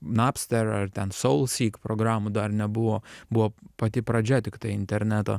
napster ar ten soulseek programų dar nebuvo buvo pati pradžia tiktai interneto